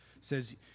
says